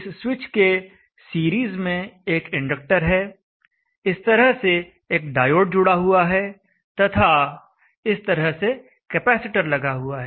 इस स्विच के सीरीज में एक इंडक्टर है इस तरह से एक डायोड जुड़ा हुआ है तथा इस तरह से कैपेसिटर लगा हुआ है